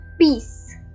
peace